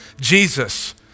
Jesus